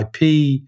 IP